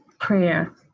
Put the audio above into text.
prayer